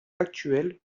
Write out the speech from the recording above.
actuel